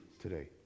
today